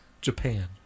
Japan